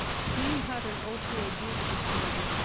he had an opioid use disorder.